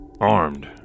armed